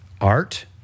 art